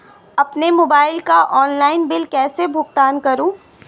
अपने मोबाइल का online bill कैसे भुगतान करूं?